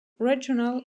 regional